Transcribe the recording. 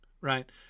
right